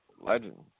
legend